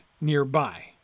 nearby